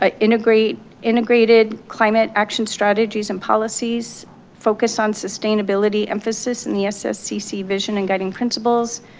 ah integrated integrated climate action strategies and policies focused on sustainability emphasis and the sscc vision and guiding principles,